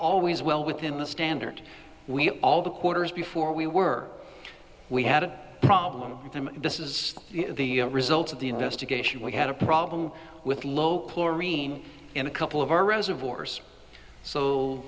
always well within the standard we have all the quarters before we were we had a problem and this is the result of the investigation we had a problem with lope lorien in a couple of our reservoirs so